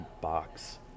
box